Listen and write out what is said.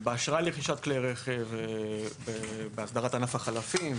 באשראי לרכישת כלי הרכב; בהסדרת ענף החלפים,